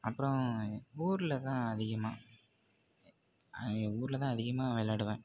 அப்புறம் ஊரில் தான் அதிகமாக ஊரில் தான் அதிகமாக விளாடுவேன்